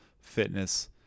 fitness